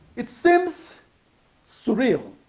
it seems surreal